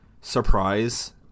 surprise